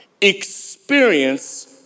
experience